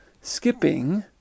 skipping